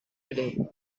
today